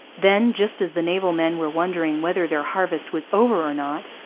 then, just as the naval men were wondering whether their harvest was over or not,